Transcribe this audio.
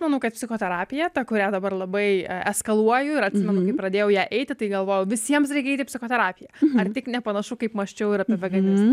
manau kad psichoterapija ta kurią dabar labai e eskaluoju ir atsimenu kai pradėjau ją eiti tai galvojau visiems reikia eit į psichoterapiją ar tik nepanašu kaip mąsčiau ir apie veganiz